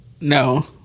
No